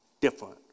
Different